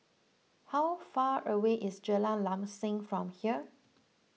how far away is Jalan Lam Sam from here